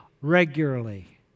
regularly